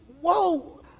whoa